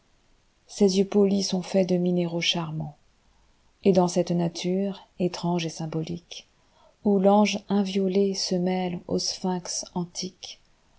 ses yeux polis sont faits de minéraux charmants et dans cette nature étrange et symboliqueoù l'ange inviolé se mêle au sphinx antique